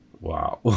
Wow